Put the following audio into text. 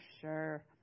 sure